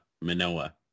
Manoa